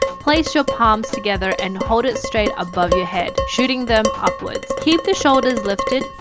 place your palms together and hold it straight above your head, shooting them upwards keep the shoulders lifted,